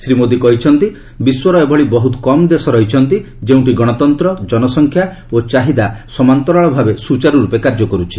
ଶ୍ରୀ ମୋଦି କହିଛନ୍ତି ବିଶ୍ୱର ଏଭଳି ବହୁତ କମ୍ ଦେଶ ରହିଛନ୍ତି ଯେଉଁଠି ଗଣତନ୍ତ୍ର ଜନସଂଖ୍ୟା ଓ ଚାହିଦା ସମାନ୍ତରାଳ ଭାବେ ସୂଚାରୁ ରୂପେ କାର୍ଯ୍ୟ କରୁଛି